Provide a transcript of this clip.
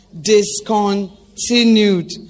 discontinued